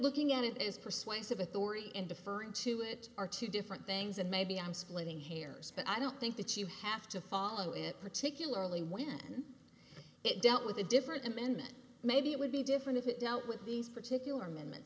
looking at it is persuasive authority and deferring to it are two different things and maybe i'm splitting hairs but i don't think that you have to follow it particularly when it dealt with a different amendment maybe it would be different if it dealt with these particular amendment